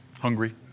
Hungry